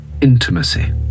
intimacy